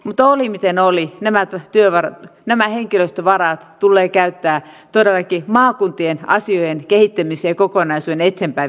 mutta oli miten oli nämä henkilöstövarat tulee käyttää todellakin maakuntien asioiden kehittämiseen ja kokonaisuuden eteenpäinviemiseen